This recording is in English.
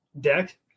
deck